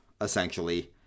essentially